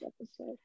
episode